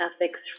ethics